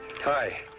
Hi